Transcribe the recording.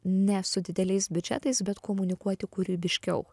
ne su dideliais biudžetais bet komunikuoti kūrybiškiau